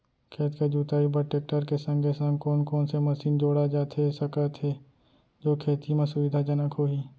खेत के जुताई बर टेकटर के संगे संग कोन कोन से मशीन जोड़ा जाथे सकत हे जो खेती म सुविधाजनक होही?